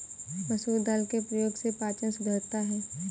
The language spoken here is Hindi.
मसूर दाल के प्रयोग से पाचन सुधरता है